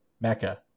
Mecca